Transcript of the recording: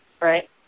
right